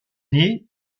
née